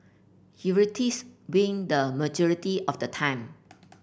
win the majority of the time